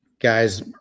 guys